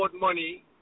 money